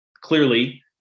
clearly